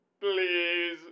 please